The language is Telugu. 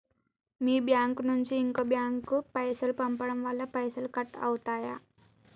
మీ బ్యాంకు నుంచి ఇంకో బ్యాంకు కు పైసలు పంపడం వల్ల పైసలు కట్ అవుతయా?